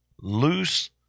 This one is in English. loose